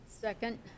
Second